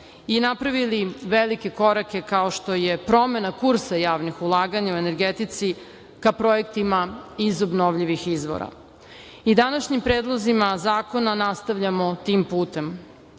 i napravili velike korake, kao što je promena kursa javnih ulaganja u energetici ka projektima iz obnovljivih izvora. Današnjim predlozima zakona nastavljamo tim putem,